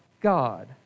God